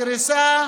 הקריסה,